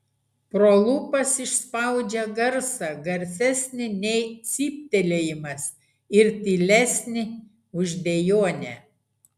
pro lūpas išspaudžia garsą garsesnį nei cyptelėjimas ir tylesnį už dejonę